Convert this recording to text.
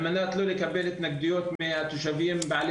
על מנת לא לקבל התנגדויות מהתושבים בעלי